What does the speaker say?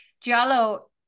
Giallo